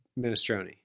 minestrone